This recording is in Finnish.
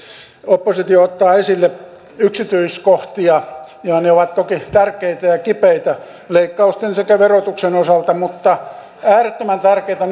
oppositio ottaa esille yksityiskohtia ja ne ovat toki tärkeitä ja kipeitä leikkausten sekä verotuksen osalta mutta äärettömän tärkeätä